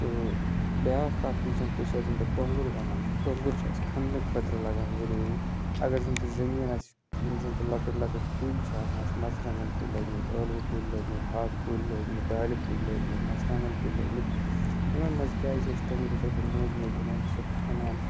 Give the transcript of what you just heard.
تہٕ بیٛاکھ اَکھ یُس زَنتہِ چھِ یَتھ زَںتہِ ٹوٚنٛگُر وَنان ٹوٚنٛگُر چھِ اَسہِ کھںنہٕ خٲطرٕ لَگان ضٔروٗری اگر زَنتہٕ زٔمیٖن آسہِ یِم زَنتہٕ لۄکٕٹ لۄکٕٹ کُلۍ چھِ آسان اَسہِ مژٕرٛوانٛگَن کُلۍ لٲگۍمٕتۍ ٲلوٕ کُلۍ لٲگۍمٕتۍ ہاکہٕ کُلۍ لٲگۍمٕتۍ دالہِ کُلۍ لٲگۍمٕتۍ مژٕرٛوانٛگَن کُلۍ لٲگۍمٕتۍ یِمَن منٛز کیٛازِ چھِ أسۍ ٹوٚنٛگرِ سۭتۍ مٔنٛزۍ مٔنٛزۍ یِمَن سُہ کھَنان